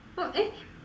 for eh